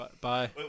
Bye